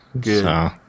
Good